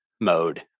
mode